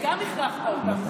גם הכרחתם אותם.